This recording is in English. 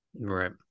Right